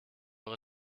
eure